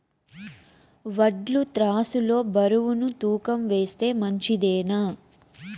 వడ్లు త్రాసు లో బరువును తూకం వేస్తే మంచిదేనా?